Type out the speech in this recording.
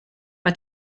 mae